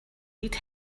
need